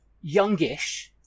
youngish